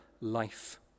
life